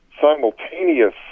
simultaneous